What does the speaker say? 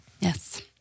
Yes